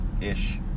ish